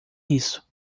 isso